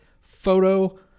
photo